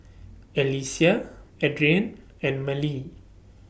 Alyssia Adrienne and Mallie